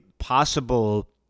possible